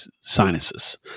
sinuses